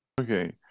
okay